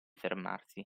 fermarsi